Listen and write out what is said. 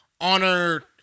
honor